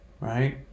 right